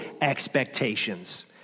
expectations